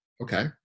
Okay